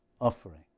offering